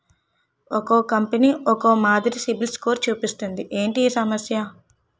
ఒక్కో కంపెనీ ఒక్కో మాదిరి సిబిల్ స్కోర్ చూపిస్తుంది ఏంటి ఈ సమస్య?